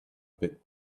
bit